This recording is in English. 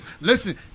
Listen